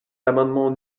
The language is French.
l’amendement